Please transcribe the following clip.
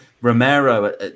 Romero